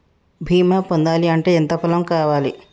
బీమా పొందాలి అంటే ఎంత పొలం కావాలి?